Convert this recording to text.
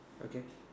okay